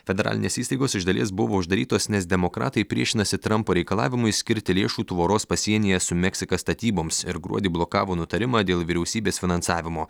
federalinės įstaigos iš dalies buvo uždarytos nes demokratai priešinasi trampo reikalavimui skirti lėšų tvoros pasienyje su meksika statyboms ir gruodį blokavo nutarimą dėl vyriausybės finansavimo